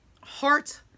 heart